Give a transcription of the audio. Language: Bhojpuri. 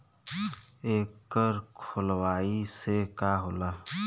एकर खोलवाइले से का होला?